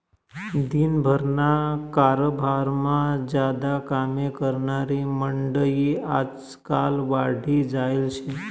दिन भरना कारभारमा ज्यादा कामे करनारी मंडयी आजकाल वाढी जायेल शे